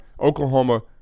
Oklahoma